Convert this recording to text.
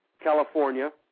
California